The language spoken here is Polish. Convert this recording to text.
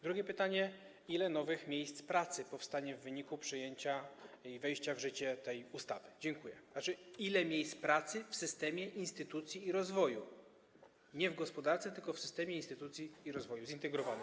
Drugie pytanie: Ile nowych miejsc pracy powstanie w wyniku przyjęcia i wejścia w życie tej ustawy, to znaczy, ile miejsc pracy powstanie w systemie instytucji i rozwoju, nie w gospodarce, tylko w systemie instytucji i rozwoju zintegrowanym?